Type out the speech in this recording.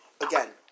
again